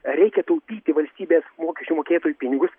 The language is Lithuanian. reikia taupyti valstybės mokesčių mokėtojų pinigus